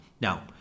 now